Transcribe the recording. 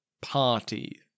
party